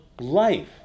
life